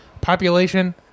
Population